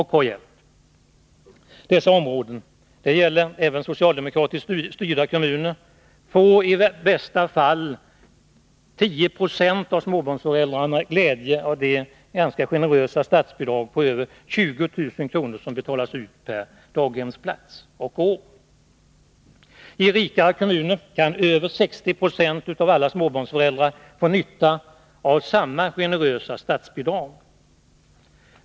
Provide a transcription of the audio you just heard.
I dessa områden — det gäller även socialdemokratiskt styrda kommuner — får i bästa fall 10 20 av småbarnsföräldrarna glädje av det ganska generösa statsbidrag på över 20 000 kr. som betalas ut per daghemsplats och år. I rikare kommuner kan över 60 96 av alla småbarnsföräldrar få nytta av samma generösa statsbidrag.